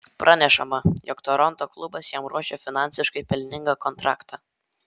pranešama jog toronto klubas jam ruošia finansiškai pelningą kontraktą